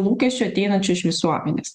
lūkesčių ateinančių iš visuomenės